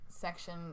section